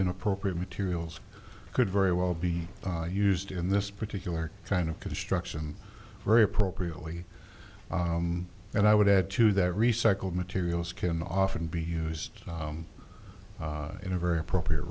inappropriate materials could very well be used in this particular kind of construction very appropriately and i would add to that recycled materials can often be used in a very appropriate